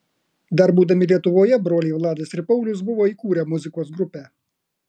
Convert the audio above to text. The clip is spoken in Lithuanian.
dar būdami lietuvoje broliai vladas ir paulius buvo įkūrę muzikos grupę